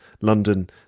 London